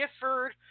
Gifford